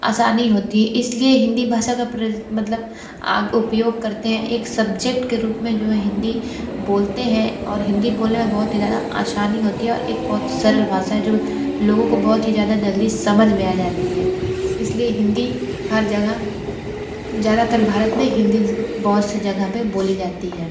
आसानी होती है इस लिए हिंदी भाषा का मतलब उपयोग करते हैं एक सब्जेक्ट के रूप में जो है हिंदी बोलते हैं और हिंदी बोलने में बहुत ही ज़्यादा आसानी होती है और एक बहुत सरल भाषा है जो लोगो को बहुत ही ज़्यादा जल्दी समझ में आ जाती है इस लिए हिंदी हर जगह ज़्यादातर भारत में हिंदी बहुत सी जगह पर बोली जाती है